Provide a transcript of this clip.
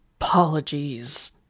apologies